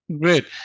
Great